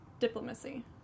Diplomacy